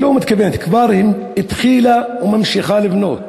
היא לא מתכוונת, היא כבר התחילה וממשיכה לבנות